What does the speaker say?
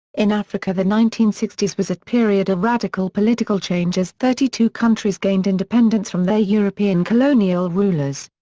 in africa the nineteen sixty s was a period of radical political change as thirty two countries gained independence from their european colonial rulers.